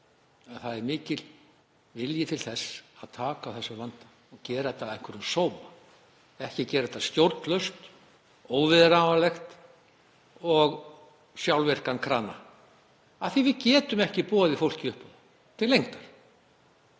það er mikill vilji til þess að taka á þessum vanda og gera þetta með einhverjum sóma, ekki gera þetta stjórnlaust, óviðráðanlegt og hafa sjálfvirkan krana af því að við getum ekki boðið fólki upp á það til lengdar.